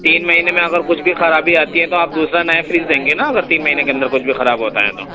تین مہینے میں اگر کچھ بھی خرابی آتی ہے تو آپ دوسرا نیا فریج دیں گے نا اگر تین مہینے کے اندر کچھ بھی خراب ہوتا ہے تو